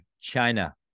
China